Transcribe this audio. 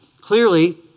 Clearly